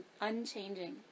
unchanging